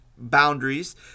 Boundaries